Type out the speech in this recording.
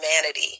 humanity